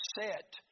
set